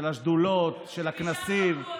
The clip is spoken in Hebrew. של השדולות, של הכנסים, משם זרקו אותנו.